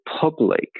public